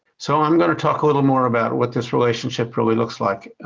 so, i'm gonna talk a little more about what this relationship really looks like,